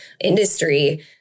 industry